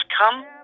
come